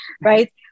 right